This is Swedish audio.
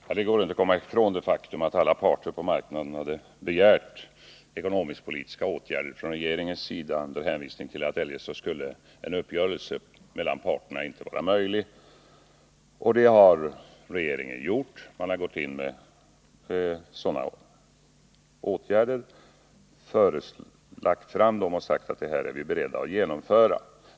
Herr talman! Det går inte att bortse ifrån det faktum att alla parter på arbetsmarknaden hade begärt ekonomisk-politiska åtgärder från regeringens sida, under hänvisning till att en uppgörelse mellan parterna eljest inte skulle vara möjlig. Och regeringen har lagt fram sådana åtgärder och sagt att det här är vi beredda att genomföra.